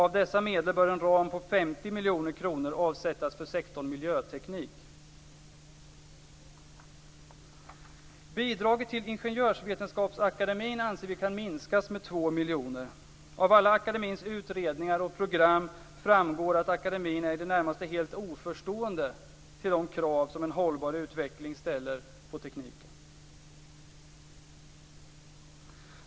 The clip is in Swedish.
Av dessa medel bör en ram på 50 Bidraget till Ingenjörsvetenskapsakademien anser vi kan minskas med 2 miljoner. Av alla akademins utredningar och program framgår att akademin är i det närmaste helt oförstående inför de krav som en hållbar utveckling ställer på tekniken.